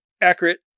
Accurate